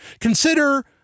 Consider